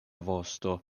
vosto